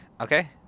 okay